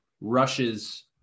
rushes